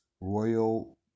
royal